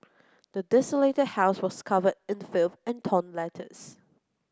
the desolated house was covered in filth and torn letters